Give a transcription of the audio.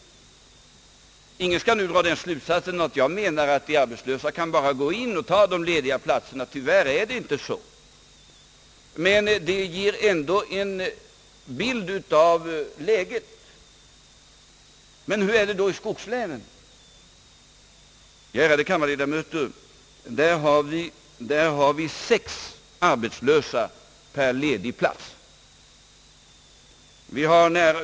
Ingen skall nu dra den slutsatsen att jag menar att de arbetslösa bara kan gå in och ta de lediga platserna. Tyvärr är det inte så. Men detta ger ändå en bild av läget. Hur är det då i skogslänen? Ärade kammarledamöter, där har vi sex arbetslösa per ledig plats.